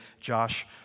Josh